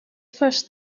first